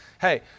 Hey